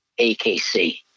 AKC